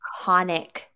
iconic